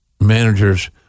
managers